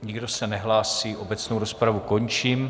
Nikdo se nehlásí, obecnou rozpravu končím.